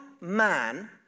man